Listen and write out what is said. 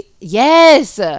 yes